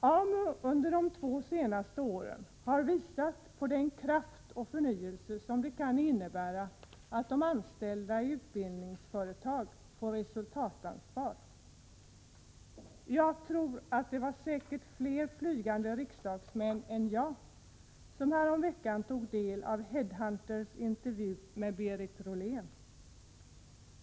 AMU har under de två senaste åren visat vilken kraft och förnyelse som det kan innebära att de anställda i utbildningsföretag får resultatansvar. Det var säkert fler flygande riksdagsmän än jag som häromveckan tog del av Headhunters intervju med Berit Rollén.